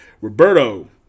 Roberto